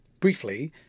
Briefly